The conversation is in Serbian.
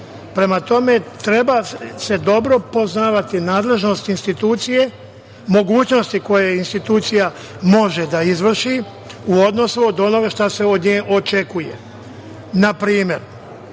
imamo. Prema tome, treba dobro poznavati nadležnost institucije, mogućnosti koje institucija može da izvrši u odnosu od toga šta se od nje očekuje. Na primer,